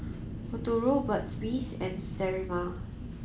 Futuro Burt's bee and Sterimar